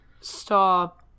stop